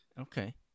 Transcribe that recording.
Okay